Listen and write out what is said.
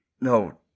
No